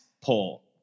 poll